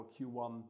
Q1